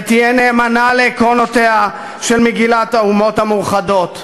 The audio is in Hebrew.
תהיה נאמנה לעקרונותיה של מגילת האומות המאוחדות".